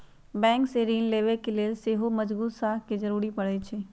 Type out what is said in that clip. bank से ऋण लेबे के लेल सेहो मजगुत साख के जरूरी परै छइ